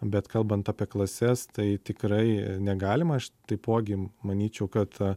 bet kalbant apie klases tai tikrai negalima aš taipogi manyčiau kad